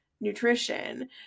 nutrition